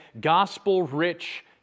gospel-rich